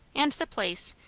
and the place,